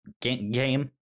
game